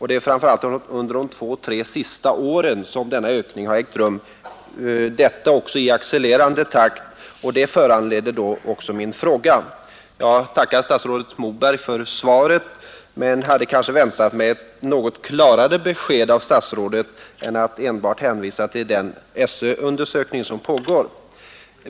Det är framför allt under de två tre senaste åren som denna ökning har ägt rum i accelererande takt, och det föranledde också min fråga. Jag tackar statsrådet Moberg för svaret men hade kanske väntat mig ett nägot klarare besked av statsrådet än enbart en hänvisning till den SÖ-undersökning som pägär.